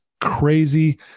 crazy